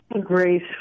grace